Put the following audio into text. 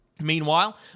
Meanwhile